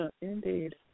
Indeed